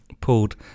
pulled